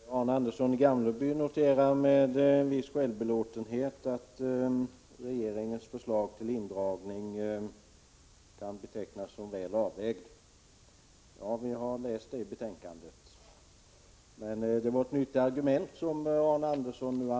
Herr talman! Arne Andersson i Gamleby noterar med en viss självbelåtenhet att regeringens förslag till indragning kan betecknas som väl avvägt. Ja, det har vi läst i betänkandet. Men det var ett nytt argument som Arne Andersson använde nu.